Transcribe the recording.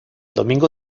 domingo